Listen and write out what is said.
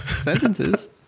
sentences